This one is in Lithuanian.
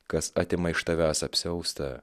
kas atima iš tavęs apsiaustą